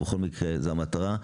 בכל מקרה זאת המטרה,